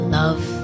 love